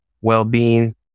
well-being